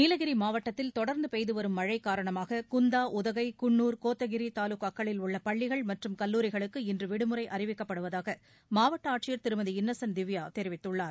நீலகிரி மாவட்டத்தில் தொடர்ந்து பெய்துவரும் மழை காரணமாக குந்தா உதகை குன்னூர் கோத்தகிரி தாலுக்காக்களில் உள்ள பள்ளிகள் மற்றும் கல்லூரிகளுக்கு இன்று விடுமுறை அளிக்கப்படுவதாக மாவட்ட ஆட்சியர் திருமதி இன்னசென்ட் திவ்யா தெரிவித்துள்ளார்